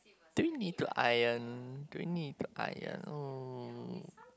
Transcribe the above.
do we need to iron do we need to iron oh